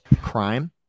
crime